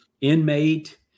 inmate